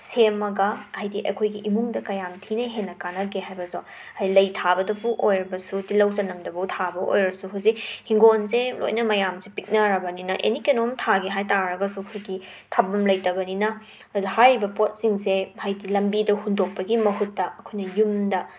ꯁꯦꯝꯃꯒ ꯍꯥꯏꯗꯤ ꯑꯩꯈꯣꯏꯒꯤ ꯏꯃꯨꯡꯗ ꯀꯌꯥꯝ ꯊꯤꯅ ꯍꯦꯟꯅ ꯀꯥꯟꯅꯒꯦ ꯍꯥꯏꯕꯖꯣ ꯍ ꯂꯩ ꯊꯥꯕꯗꯕꯨ ꯑꯣꯏꯔꯕꯁꯨ ꯇꯤꯜꯍꯧ ꯆꯅꯝꯗꯕꯨ ꯊꯥꯕ ꯑꯣꯏꯔꯁꯨ ꯍꯧꯖꯤꯛ ꯍꯤꯡꯒꯣꯟꯁꯦ ꯂꯣꯏꯅ ꯃꯌꯥꯝꯁꯦ ꯄꯤꯛꯅꯔꯕꯅꯤꯅ ꯑꯦꯅꯤ ꯀꯩꯅꯣꯝ ꯊꯥꯒꯦ ꯍꯥꯏ ꯇꯥꯔꯒꯁꯨ ꯈꯣꯏꯒꯤ ꯊꯥꯕꯝ ꯂꯩꯇꯕꯅꯤꯅ ꯍꯧꯖꯤꯛ ꯍꯥꯏꯔꯤꯕ ꯄꯣꯠꯁꯤꯡꯁꯦ ꯍꯥꯏꯗꯤ ꯂꯝꯕꯤꯗ ꯍꯨꯟꯗꯣꯛꯄꯒꯤ ꯃꯍꯨꯠꯇ ꯑꯩꯈꯣꯏꯅ ꯌꯨꯝꯗ